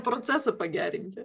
procesą pagerinti